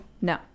No